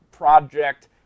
project